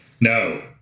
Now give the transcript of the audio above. No